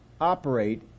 operate